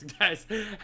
guys